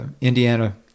Indiana